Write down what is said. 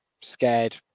scared